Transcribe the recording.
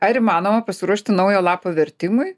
ar įmanoma pasiruošti naujo lapo vertimui